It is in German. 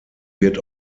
wird